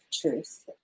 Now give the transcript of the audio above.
truth